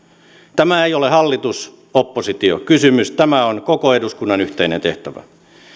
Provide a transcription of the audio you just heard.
tämä ei ole hallitus oppositio kysymys tämä on koko eduskunnan yhteinen tehtävä